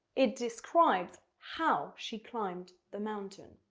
it describes how she climbed the mountain.